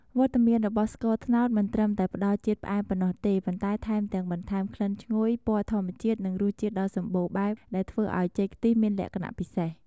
វត្តមានរបស់ស្ករត្នោតមិនត្រឹមតែផ្ដល់ជាតិផ្អែមប៉ុណ្ណោះទេ ប៉ុន្តែថែមទាំងបន្ថែម ក្លិនឈ្ងុយ ពណ៌ធម្មជាតិ និងរសជាតិដ៏សម្បូរបែប ដែលធ្វើឱ្យចេកខ្ទិះមានលក្ខណៈពិសេស។